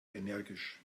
energisch